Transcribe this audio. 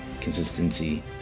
consistency